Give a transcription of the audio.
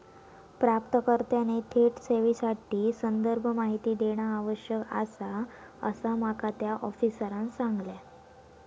प्राप्तकर्त्याने थेट ठेवीसाठी संदर्भ माहिती देणा आवश्यक आसा, असा माका त्या आफिसरांनं सांगल्यान